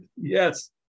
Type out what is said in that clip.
Yes